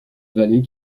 vallées